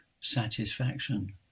satisfaction